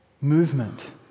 movement